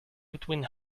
between